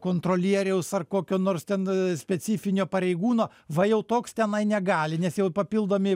kontrolieriaus ar kokio nors ten specifinio pareigūno va jau toks tenai negali nes jau papildomi